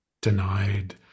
denied